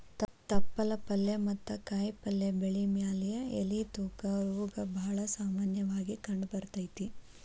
ತಪ್ಪಲ ಪಲ್ಲೆ ಮತ್ತ ಕಾಯಪಲ್ಲೆ ಬೆಳಿ ಮ್ಯಾಲೆ ಎಲಿ ತೂತ ರೋಗ ಬಾಳ ಸಾಮನ್ಯವಾಗಿ ಕಂಡಬರ್ತೇತಿ